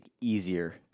easier